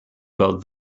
about